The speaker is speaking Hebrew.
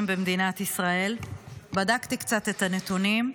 בדקתי את הנתונים.